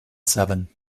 seven